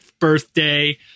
birthday